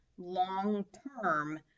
long-term